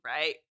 right